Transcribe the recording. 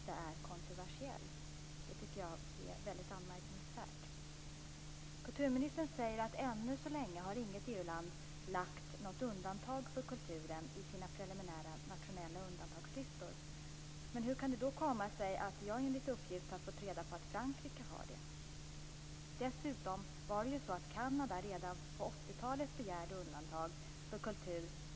Det tycker jag är väldigt anmärkningsvärt. Kulturministern säger att ännu så länge har inget EU-land lagt något undantag för kulturen i sina preliminära nationella undantagslistor. Men hur kan det då komma sig att Frankrike har detta enligt en uppgift som jag har fått? Dessutom var det ju så att Kanada redan på 80-talet begärde undantag för kultur.